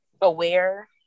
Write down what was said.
aware